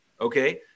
Okay